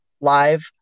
live